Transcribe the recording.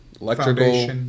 electrical